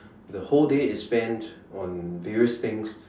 the whole day is spent on various things